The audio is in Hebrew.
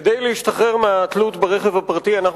כדי להשתחרר מהתלות ברכב הפרטי אנחנו